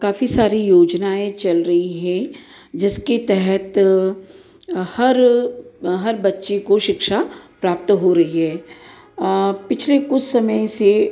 काफ़ी सारी योजनाएँ चल रही हें जिसके तहत हर हर बच्चे को शिक्षा प्राप्त हो रही है पिछले कुछ समय से